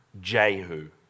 Jehu